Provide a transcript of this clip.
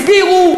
מי הסביר לך?